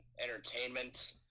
entertainment